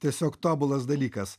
tiesiog tobulas dalykas